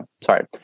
Sorry